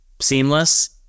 seamless